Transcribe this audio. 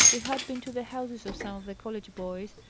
he had been to the houses of some of the college boys,